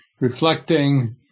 reflecting